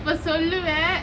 இப்போ சொல்லுவே:ippo solluve